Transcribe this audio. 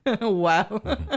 Wow